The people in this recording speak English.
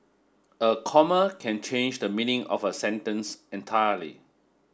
a comma can change the meaning of a sentence entirely